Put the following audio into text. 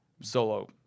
Solo